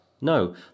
No